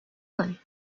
one